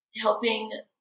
helping